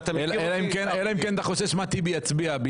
אלא אם אתה חושש מה טיבי יצביע.